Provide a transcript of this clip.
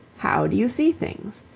how do you see things?